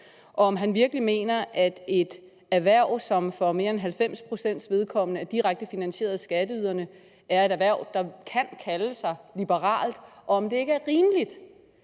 dag; om han virkelig mener, at et erhverv, som for mere end 90 pct.s vedkommende er direkte finansieret af skatteyderne, er et erhverv, der kan kalde sig liberalt; og om det ikke er rimeligt,